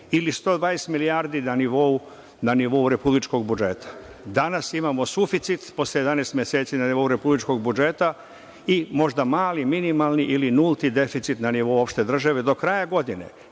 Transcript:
ili 120 milijardi na nivou republičkog budžeta. Danas imamo suficit posle 11 meseci na nivou republičkog budžeta i možda mali, minimalni ili nulti deficit na nivou opšte države. Do kraja godine